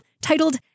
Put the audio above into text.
titled